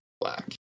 Black